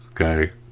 okay